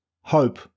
hope